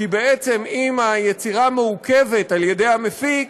כי אם היצירה מעוכבת על-ידי המפיק,